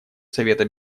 совета